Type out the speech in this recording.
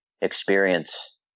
experience